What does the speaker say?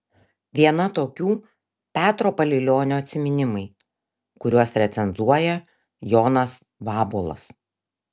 viena tokių petro palilionio atsiminimai kuriuos recenzuoja jonas vabuolas